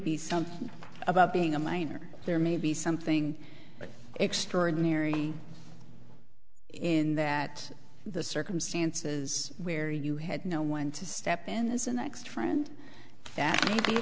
be something about being a minor there may be something extraordinary in that the circumstances where you had no one to step in as a next friend that